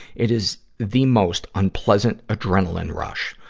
it is the most unpleasant adrenaline rush.